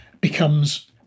becomes